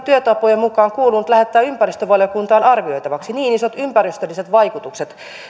työtapojen mukaan kuulunut lähettää ympäristövaliokuntaan arvioitavaksi niin isot ympäristölliset vaikutukset